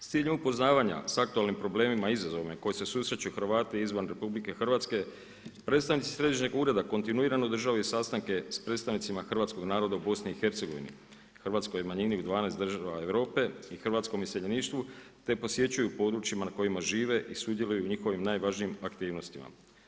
S ciljem upoznavanja s aktualnim problemima i izazovima koji se susreću Hrvati izvan RH, predstavnici središnjeg ureda kontinuirano održavaju sastanke sa predstavnicima hrvatskog naroda u BiH-u, hrvatskoj manjini, 12 država Europe i hrvatskom iseljeništvu te posjećuju područjima na kojima žive i sudjeluju u njihovim najvažnijim aktivnostima.